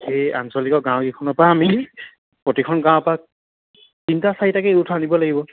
সেই আঞ্চলিকৰ গাঁওকেইখনৰ পৰাা আমি প্ৰতিখন গাঁৱৰ পৰা তিনিটা চাৰিটাকে য়ুথ আনিব লাগিব